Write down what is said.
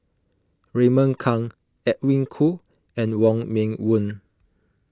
Raymond Kang Edwin Koo and Wong Meng Voon